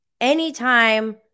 anytime